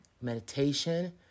meditation